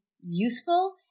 useful